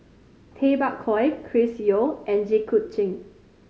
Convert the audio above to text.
Tay Bak Koi Chris Yeo and Jit Koon Ch'ng